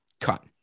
cut